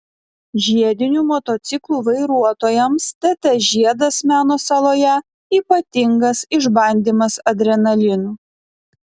žiedinių motociklų vairuotojams tt žiedas meno saloje ypatingas išbandymas adrenalinu